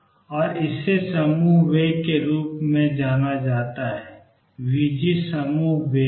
और इसे समूह वेग के रूप में जाना जाता है vg समूह वेग है